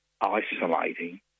isolating